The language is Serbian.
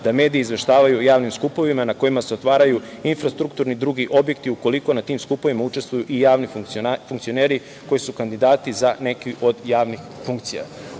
da mediji izveštavaju o javnim skupovima na kojima se otvaraju infrastrukturni drugi objekti ukoliko na tim skupovima učestvuju i javni funkcioneri koji su kandidati za neki od javnih funkcija. Ovo